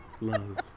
love